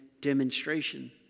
demonstration